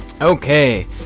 Okay